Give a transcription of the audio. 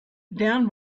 down